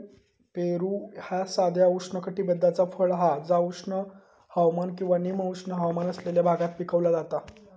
पेरू ह्या साधा उष्णकटिबद्धाचा फळ हा जा उष्ण हवामान किंवा निम उष्ण हवामान असलेल्या भागात पिकवला जाता